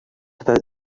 about